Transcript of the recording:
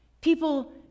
people